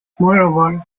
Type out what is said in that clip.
moreover